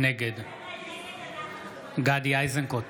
נגד גדי איזנקוט,